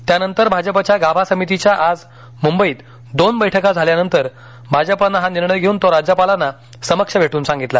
त्यानंतर भाजपाच्या गाभा समितीच्या आज मुंबईत दोन बैठका झाल्यानंतर भाजपानं हा निर्णय घेऊन तो राज्यपालांना समक्ष भेटून सांगितला